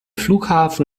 flughafen